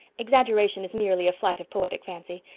exaggeration is merely a flight of poetic fancy.